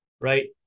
right